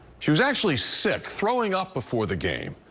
she was actually set throwing up before the game.